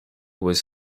was